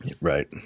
right